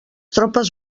tropes